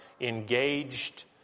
engaged